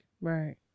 Right